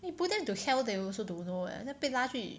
you pull them to hell they also don't know eh 那被拉去